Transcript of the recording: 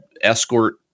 escort